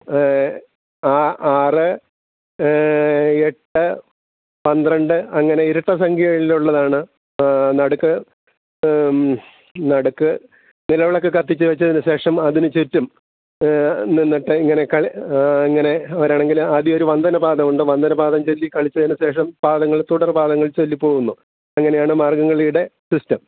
ആ ആറ് എട്ട് പന്ത്രണ്ട് അങ്ങനെ ഇരട്ട സംഖ്യകളുള്ളതാണ് നടുക്ക് നടുക്ക് നിലവിളക്ക് കത്തിച്ചു വെച്ചതിനു ശേഷം അതിനു ചുറ്റും നിന്നിട്ട് ഇങ്ങനെ കൾ ഇങ്ങനെ അവരാണെങ്കിൽ ആദ്യമൊരു വന്ദന പാദമുണ്ട് വന്ദന പാദം ചൊല്ലി കളിച്ചതിനു ശേഷം പാദങ്ങൾ തുടർ പാദങ്ങൾ ചൊല്ലി പോകുന്നു അങ്ങനെയാണ് മാർഗ്ഗം കളിയുടെ സിസ്റ്റം